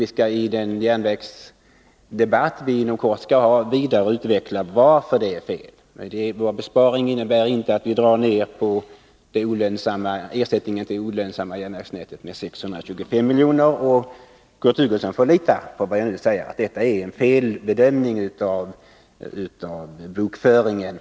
I den debatt om järnvägarna som inom kort kommer att föras här skall vi vidareutveckla vårt påstående om att det är en felaktig slutsats. Vårt förslag till besparingar innebär inte en neddragning av ersättningen till det olönsamma järnvägsnätet med 625 milj.kr. Kurt Hugosson får lita på mitt ord. Det är felbedömning från hans sida av bokföringen.